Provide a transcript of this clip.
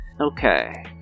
okay